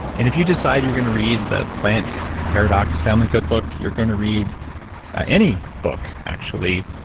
and if you decide you're going to read the plant paradox family cookbook, you're going to read any book actually,